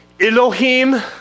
Elohim